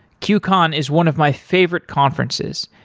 qcon is one of my favorite conferences,